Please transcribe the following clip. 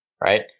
Right